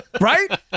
Right